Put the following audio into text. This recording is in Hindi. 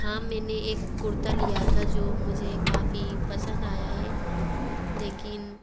हाँ मैंने एक कुर्ता लिया था जो मुझे काफ़ी पसंद आया है लेकिन